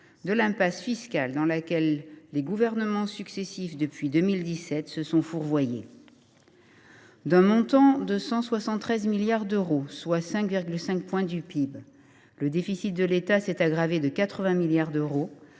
l’impasse fiscale dans laquelle les gouvernements successifs se sont fourvoyés depuis 2017. D’un montant de 173 milliards d’euros, soit 5,5 points du PIB, le déficit de l’État s’est accru de 80 milliards d’euros,